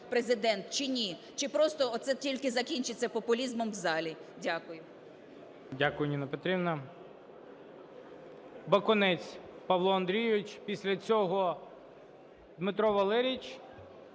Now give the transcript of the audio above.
Президент чи ні. Чи просто оце тільки закінчиться популізмом в залі? Дякую. ГОЛОВУЮЧИЙ. Дякую, Ніна Петрівна. Бакунець Павло Андрійович. Після цього - Дмитро Валерійович,